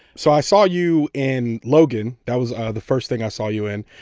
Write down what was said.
so i saw you in logan, that was the first thing i saw you in.